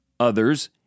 Others